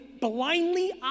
blindly